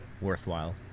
worthwhile